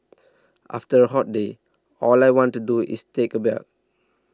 after a hot day all I want to do is take a bath